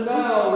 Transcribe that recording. now